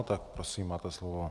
Tak prosím, máte slovo.